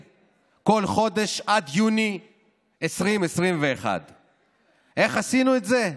בכל חודש עד יוני 2021. איך עשינו את זה?